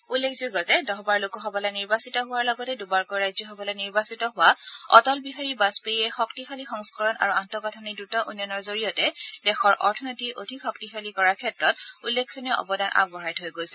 উল্লেখযোগ্য যে দহবাৰ লোকসভালৈ নিৰ্বাচিত হোৱাৰ লগতে দুবাৰকৈ ৰাজ্যসভালৈ নিৰ্বাচিত হোৱা অটল বিহাৰী বাজপেয়ীয়ে শক্তিশালী সংস্কৰণ আৰু আন্তঃগাঁথনিৰ দ্ৰুত উন্নয়নৰ জৰিয়তে দেশৰ অৰ্থনীতি অধিক শক্তিশালী কৰাৰ ক্ষেত্ৰত উল্লেখনীয় অৱদান আগবঢ়াই থৈ গৈছে